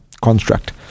construct